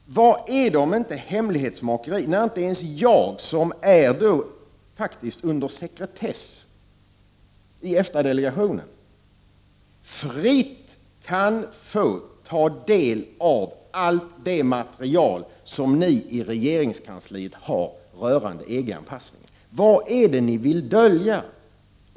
Vad är detta om inte hemlighetsmakeri när inte ens jag som sitter i EFTA delegationen, som har sekretess, fritt kan få ta del av allt det material som ni i regeringskansliet har rörande EG-anpassningen? Vad är det ni vill dölja?